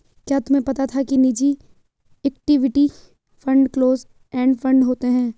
क्या तुम्हें पता था कि निजी equity fund close end fund होते हैं?